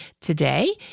today